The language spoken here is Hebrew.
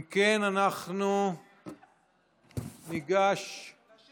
אם כן, אנחנו ניגש לסיכום.